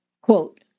Quote